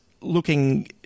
looking